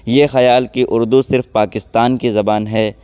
یہ خیال کہ اردو صرف پاکستان کی زبان ہے